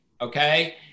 Okay